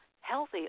healthy